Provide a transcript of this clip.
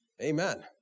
Amen